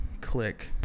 click